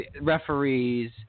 referees –